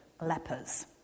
lepers